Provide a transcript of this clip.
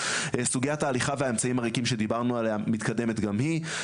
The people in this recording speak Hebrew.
סוגיית ההליכה והאמצעים הריקים שדיברנו עליה מתקדמת גם היא,